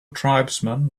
tribesmen